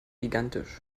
gigantisch